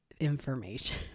information